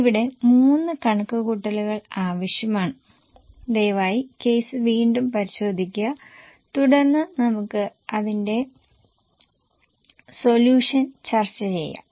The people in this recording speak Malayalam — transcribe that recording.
ഇവിടെ മൂന്ന് കണക്കുകൂട്ടലുകൾ ആവശ്യമാണ് ദയവായി കേസ് വീണ്ടും പരിശോധിക്കുക തുടർന്ന് നമുക്ക് അതിൻ്റെ സൊല്യൂഷൻ ചർച്ച ചെയ്യാം